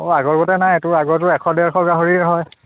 অঁ আগৰগতে নাই এইটো আগৰতো এশ ডেৰশ গাহৰি হয়